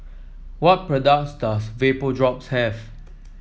what products does Vapodrops have